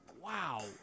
wow